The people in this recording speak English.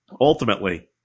ultimately